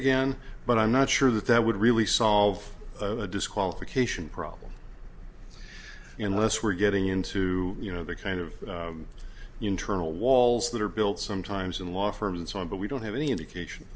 again but i'm not sure that that would really solve the disqualification problem unless we're getting into you know the kind of internal walls that are built sometimes in law firms and so on but we don't have any indication